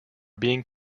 being